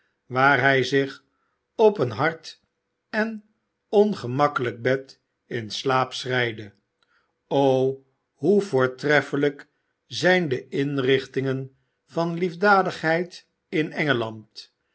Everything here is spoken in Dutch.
waar hij zich op een hard en ongemakkelijk bed in slaap schreide o hoe voortreffelijk zijn de inrichtingen van liefdadigheid in engeland